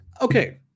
Okay